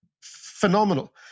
phenomenal